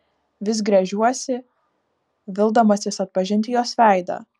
vis gręžiuosi vildamasis atpažinti jos veidą